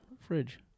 fridge